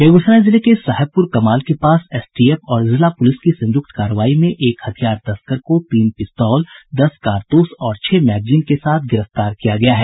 बेगूसराय जिले के साहेबपुर कमाल के पास एसटीएफ और जिला पुलिस की संयुक्त कार्रवाई में एक हथियार तस्कर को तीन पिस्तौल दस कारतूस और छह मैगजीन के साथ गिरफ्तार किया गया है